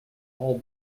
all